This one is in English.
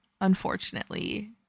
unfortunately